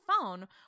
phone